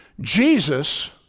Jesus